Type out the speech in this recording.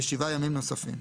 בשבעה ימים נוספים.